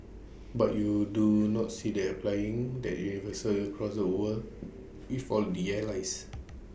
but you do not see them applying that universally across the world with all their allies